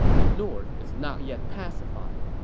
the north is not yet pacified,